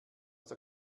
der